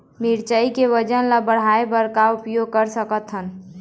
मिरचई के वजन ला बढ़ाएं बर का उपाय कर सकथन?